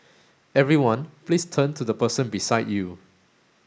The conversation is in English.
everyone please turn to the person beside you